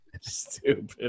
Stupid